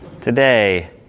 today